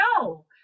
no